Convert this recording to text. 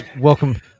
Welcome